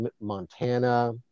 Montana